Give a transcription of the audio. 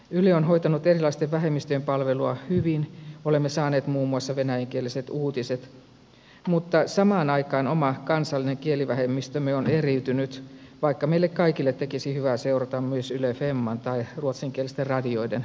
yle on hoitanut erilaisten vähemmistöjen palvelua hyvin olemme saaneet muun muassa venäjänkieliset uutiset mutta samaan aikaan oma kansallinen kielivähemmistömme on eriytynyt vaikka meille kaikille tekisi hyvää seurata myös yle femman tai ruotsinkielisten radioiden ohjelmatarjontaa